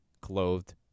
clothed